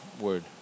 word